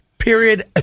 Period